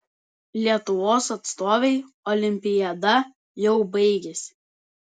lietuvos atstovei olimpiada jau baigėsi